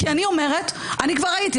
כי אני אומרת אני כבר ראיתי,